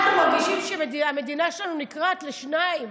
אנחנו מרגישים שהמדינה שלנו נקרעת לשניים,